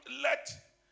let